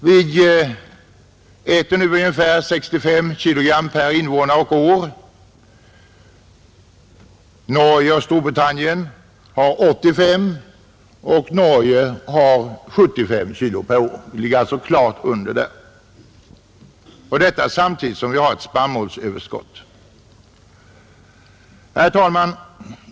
Vi äter nu ungefär 65 kg bröd per invånare och år. I Norge och Storbritannien är siffran 75 kg och i Finland 85 kg. Vi ligger alltså klart under. Samtidigt har vi ett stort spannmålsöverskott. Herr talman!